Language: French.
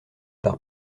par